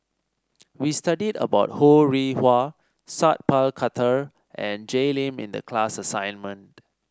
we studied about Ho Rih Hwa Sat Pal Khattar and Jay Lim in the class assignment